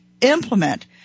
implement